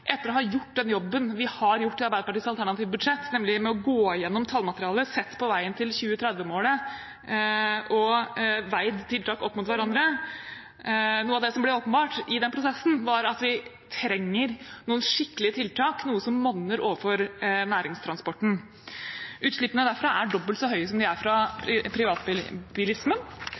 ha gjort den jobben vi har gjort i Arbeiderpartiets alternative budsjett, nemlig gått igjennom tallmaterialet, sett på veien til 2030-målet og veid tiltak opp mot hverandre, var at vi trenger noen skikkelige tiltak, noe som monner overfor næringstransporten. Utslippene derfra er dobbelt så høye som de er fra privatbilismen.